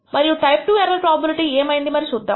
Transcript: మనము type II error probability ఏమైంది మరి చూద్దాం